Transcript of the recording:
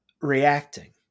reacting